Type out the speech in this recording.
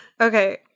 Okay